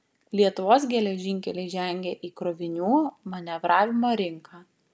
lietuvos geležinkeliai žengia į krovinių manevravimo rinką